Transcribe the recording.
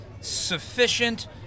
sufficient